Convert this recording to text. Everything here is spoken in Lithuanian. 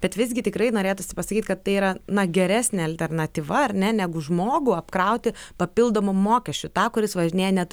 bet visgi tikrai norėtųsi pasakyt kad tai yra na geresnė alternatyva ar ne negu žmogų apkrauti papildomu mokesčiu tą kuris važinėja net